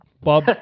Bob